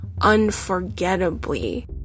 unforgettably